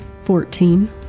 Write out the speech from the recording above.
Fourteen